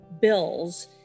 bills